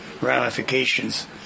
ramifications